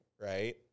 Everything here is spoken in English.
right